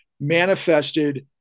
manifested